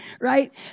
right